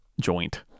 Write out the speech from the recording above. joint